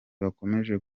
bakomeje